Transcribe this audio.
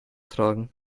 tragen